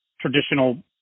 traditional